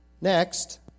Next